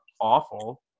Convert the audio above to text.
awful